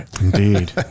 Indeed